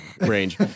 range